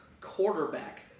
quarterback